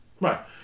Right